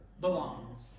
belongs